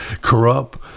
corrupt